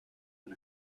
and